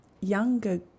younger